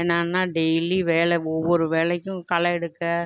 என்னானால் daily வேலை ஒவ்வொரு வேலைக்கும் களை எடுக்க